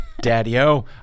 Daddy-o